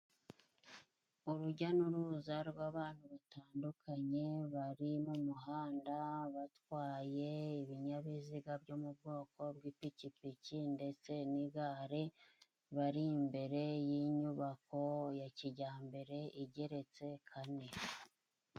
Urujya n'uruza rw'abantu batandukanye bari mu muhanda batwaye ibinyabiziga byo mu bwoko bw'ipikipiki ndetse n'igare ,bari imbere y'inyubako ya kijyambere igeretse kane.